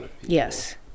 yes